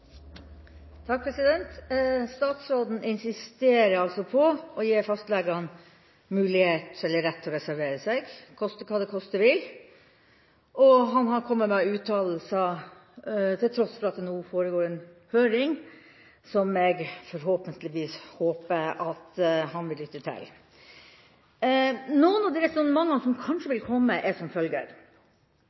Statsråden insisterer altså på å gi fastlegene mulighet til rett til å reservere seg – koste hva det koste vil. Han har kommet med uttalelser, til tross for at det nå foregår en høring som jeg håper at han vil lytte til. Noen av de resonnementene som kanskje vil komme, er som følger: